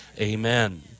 amen